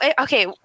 okay